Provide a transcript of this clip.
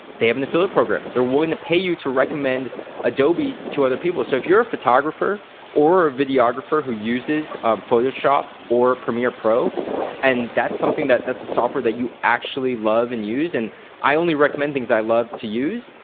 they have an affiliate program. they're willing to pay you to recommend adobe to other people. so if you're a photographer or a videographer who uses photoshop or premier pro and that's something that, that's a software that you actually love and use and i only recommend things i love to use,